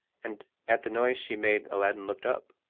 and at the noise she made aladdin looked up.